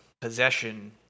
possession